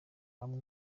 umwe